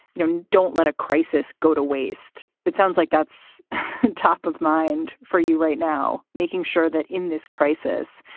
you know, don't let a crisis go to waste. it sounds like that's and top of mind for you right now, making sure that in this crisis,